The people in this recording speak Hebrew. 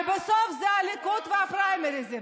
ובסוף זה הליכוד והפריימריז.